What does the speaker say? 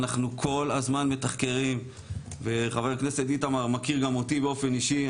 אנחנו כל הזמן מתחקרים וחבר הכנסת איתמר מכיר גם אותי באופן אישי,